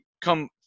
come